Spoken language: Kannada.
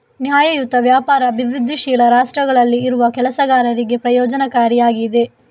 ನ್ಯಾಯಯುತ ವ್ಯಾಪಾರ ಅಭಿವೃದ್ಧಿಶೀಲ ರಾಷ್ಟ್ರಗಳಲ್ಲಿ ಇರುವ ಕೆಲಸಗಾರರಿಗೆ ಪ್ರಯೋಜನಕಾರಿ ಆಗಿದೆ